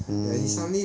mm